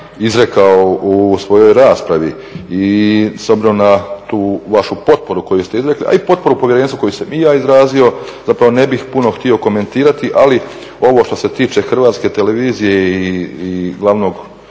izrekao u svojoj raspravi. I s obzirom na tu vašu potporu koju ste izrekli a i potporu povjerenstva koju sam i ja izrazio zapravo ne bih puno htio komentirati ali ovo što se tiče Hrvatske televizije i glavnog